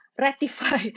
ratify